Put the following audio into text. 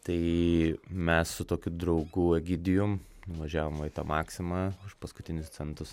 tai mes su tokiu draugu egidijum nuvažiavom va į tą maksimą už paskutinius centus